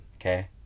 Okay